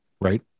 Right